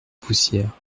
poussière